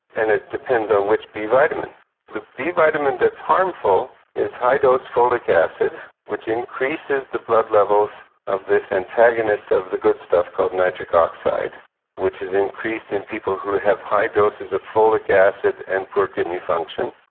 and it depends on which b vitamin. the b vitamin that's harmful is high dose folic acid which increases the blood levels of this antagonist of the good stuff called nitric oxide which is increased in people who have high doses of folic acid and poor kidney function.